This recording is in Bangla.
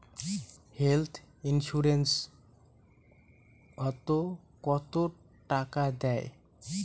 হেল্থ ইন্সুরেন্স ওত কত টাকা দেয়?